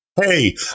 Hey